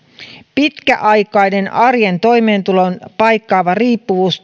pitkäaikainen arjen toimeentulon paikkaava riippuvuus